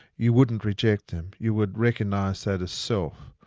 you wouldn't reject them, you would recognise that as self.